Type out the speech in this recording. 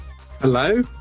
Hello